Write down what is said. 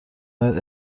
دهد